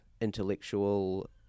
intellectual